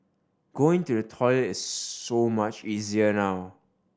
going to the toilet is so much easier now